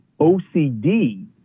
OCD